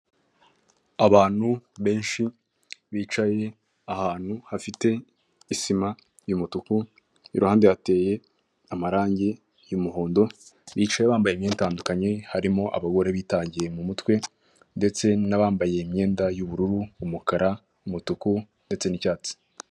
Abantu benshi bicaye ahantu hafite isima y'umutuku iruhande hateye amarangi y'umuhondo bicaye bambaye imyenda itandukanye, harimo abagore bitandiye mu mutwe, ndetse n'abambaye imyenda y'ubururu umukara umutuku ndetse n'icyatsi.